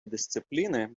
дисципліни